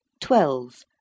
Twelve